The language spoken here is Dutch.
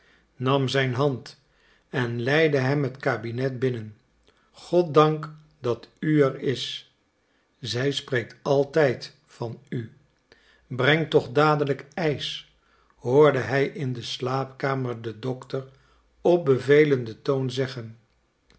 nam zijn hand en leidde hem het kabinet binnen goddank dat u er is zij spreekt altijd van u breng toch dadelijk ijs hoorde hij in de slaapkamer den dokter op bevelenden toon zeggen